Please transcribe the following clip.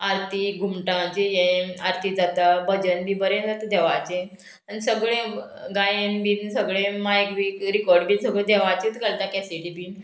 आरती घुमटांचे हे आरती जाता भजन बी बरें जाता देवाचें आनी सगळें गायन बीन सगळें मायक बी रिकोर्ड बी सगळें देवाचेंच घालता कॅसिडी बीन